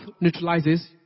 neutralizes